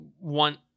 want